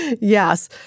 yes